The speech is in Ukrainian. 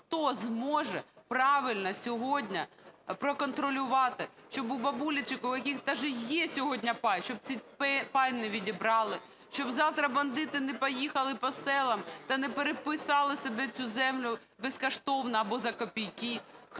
Хто зможе правильно сьогодні проконтролювати, щоб у бабулі… у яких даже є сьогодні пай, щоб цей пай не відібрали, щоб завтра бандити не поїхали по селам та не переписали собі цю землю безкоштовно або за копійки?